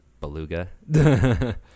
Beluga